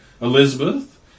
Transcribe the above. Elizabeth